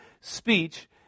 speech